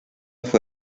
fue